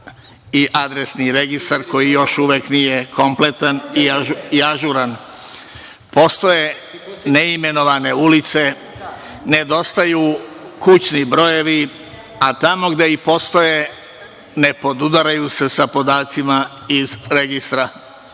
i adresni registar, koji još uvek nije kompletan i ažuran. Posle neimenovane ulice nedostaju kućni brojevi, a tamo gde i postoje ne podudaraju se sa podacima iz registra.